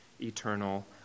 eternal